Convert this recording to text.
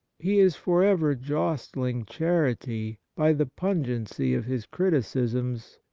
he is for ever jostling charity by the pungency of his criticisms,